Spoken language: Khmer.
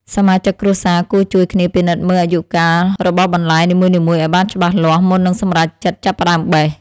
សមាជិកគ្រួសារគួរជួយគ្នាពិនិត្យមើលអាយុកាលរបស់បន្លែនីមួយៗឱ្យបានច្បាស់លាស់មុននឹងសម្រេចចិត្តចាប់ផ្តើមបេះ។